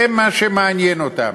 זה מה שמעניין אותם.